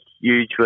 huge